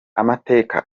amateka